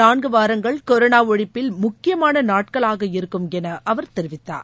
நான்குவாரங்கள் கொரோனாஒழிப்பில் முக்கியமானநாட்களாக இருக்கும் எனஅவர் தெரிவித்தார்